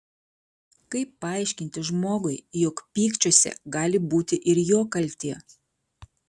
kaip paaiškinti žmogui jog pykčiuose gali būti ir jo kaltė